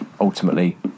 ultimately